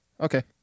Okay